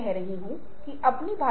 तो यहाँ कुछ बुनियादी उदाहरण हैं